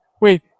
wait